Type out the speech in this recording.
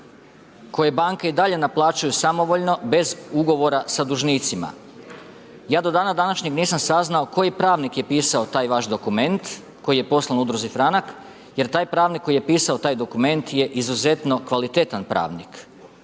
koje banke i dalje naplaćuju samovoljno bez ugovora sa dužnicima. Ja do dana današnjeg nisam saznao koji pravnik je pisao tak vaš dokument koji je poslan udruzi Franak jer taj pravnik koji je pisao taj dokument je izuzetno kvalitetan pravnik.